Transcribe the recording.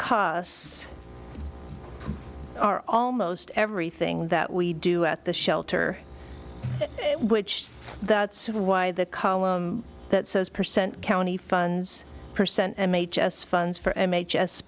costs are almost everything that we do at the shelter which that's why the column that says percent county funds percent m h s funds for m h s